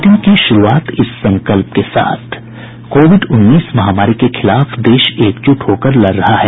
bulletin की शुरूआत इस संकल्प के साथ कोविड उन्नीस महामारी के खिलाफ देश एकजुट होकर लड़ रहा है